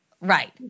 Right